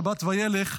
שבת וילך,